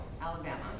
Alabama